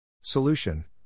Solution